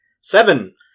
Seven